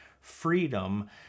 freedom